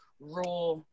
raw